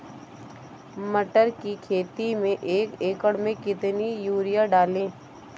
मटर की खेती में एक एकड़ में कितनी यूरिया डालें?